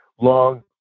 long